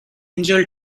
angel